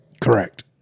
Correct